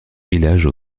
village